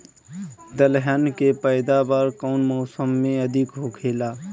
दलहन के पैदावार कउन मौसम में अधिक होखेला?